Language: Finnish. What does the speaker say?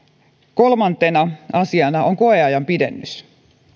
kolmantena asiana on koeajan pidennys